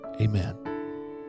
Amen